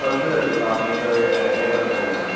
कसलें जाय तुका आमी थंय हे हें करतले थंय